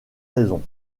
raison